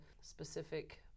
specific